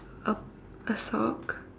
a a sock